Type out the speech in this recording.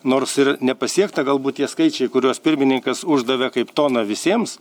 nors ir nepasiekta galbūt tie skaičiai kuriuos pirmininkas uždavė kaip toną visiems